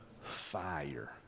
fire